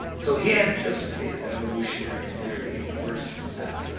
so he anticipated evolutionary theory in the worst sense.